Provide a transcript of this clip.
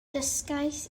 dysgais